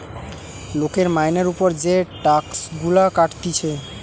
লোকের মাইনের উপর যে টাক্স গুলা কাটতিছে